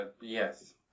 Yes